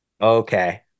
Okay